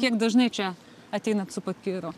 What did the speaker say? kiek dažnai čia ateinat su pakiro